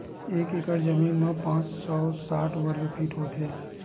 एक एकड़ जमीन मा पांच सौ साठ वर्ग फीट होथे